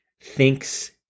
thinks